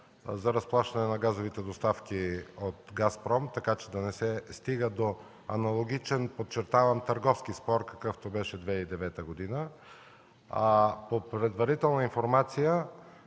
за разплащане на газовите доставки от „Газпром”, така че да не се стига до аналогичен, подчертавам, търговски спор, какъвто беше през 2009 г. По предварителна информация,